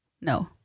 no